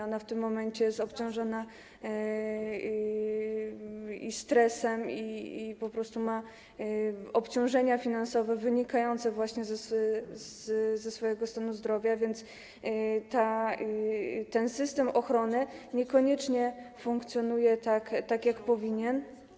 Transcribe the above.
Ona w tym momencie jest obciążona stresem, po prostu ma obciążenia finansowe wynikające właśnie ze stanu jej zdrowia, więc ten system ochrony niekonieczne funkcjonuje tak, jak powinien.